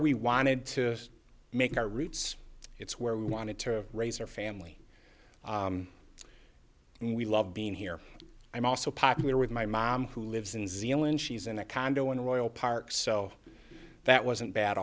we wanted to make our roots it's where we wanted to raise our family and we love being here i'm also popular with my mom who lives in zealand she's in a condo in royal park so that wasn't bad